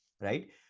right